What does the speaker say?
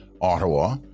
Ottawa